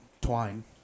twine